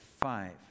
five